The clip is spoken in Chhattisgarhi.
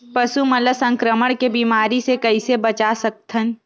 पशु मन ला संक्रमण के बीमारी से कइसे बचा सकथन?